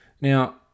now